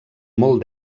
molt